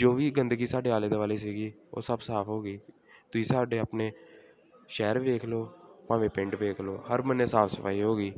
ਜੋ ਵੀ ਗੰਦਗੀ ਸਾਡੇ ਆਲੇ ਦੁਆਲੇ ਸੀਗੀ ਉਹ ਸਭ ਸਾਫ ਹੋ ਗਈ ਤੁਸੀਂ ਸਾਡੇ ਆਪਣੇ ਸ਼ਹਿਰ ਵੇਖ ਲਓ ਭਾਵੇਂ ਪਿੰਡ ਵੇਖ ਲਓ ਹਰ ਬੰਨੇ ਸਾਫ ਸਫਾਈ ਹੋ ਗਈ